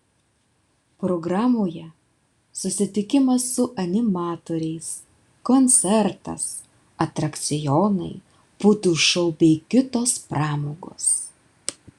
programoje susitikimas su animatoriais koncertas atrakcionai putų šou bei kitos pramogos